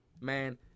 man